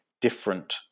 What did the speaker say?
different